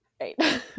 Right